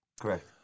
Correct